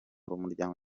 umuryango